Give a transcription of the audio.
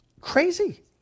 crazy